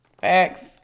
Facts